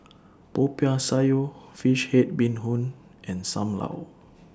Popiah Sayur Fish Head Bee Hoon and SAM Lau